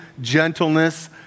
gentleness